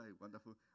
wonderful